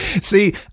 See